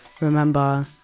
Remember